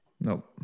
Nope